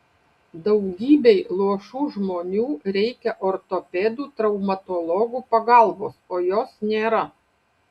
daugybei luošų žmonių reikia ortopedų traumatologų pagalbos o jos nėra